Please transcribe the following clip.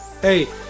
Hey